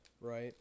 right